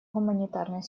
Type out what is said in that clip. гуманитарной